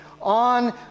on